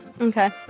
Okay